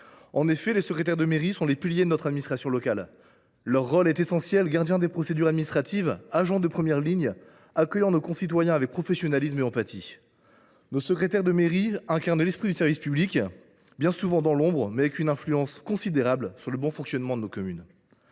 En effet, les secrétaires de mairie sont les piliers de notre administration locale. Leur rôle est essentiel : gardiens des procédures administratives, agents de première ligne, accueillant nos concitoyens avec professionnalisme et empathie. Nos secrétaires de mairie incarnent l’esprit du service public, bien souvent dans l’ombre, mais avec une influence considérable sur le bon fonctionnement de nos